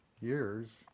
years